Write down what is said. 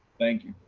thank you.